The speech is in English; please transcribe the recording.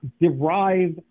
derive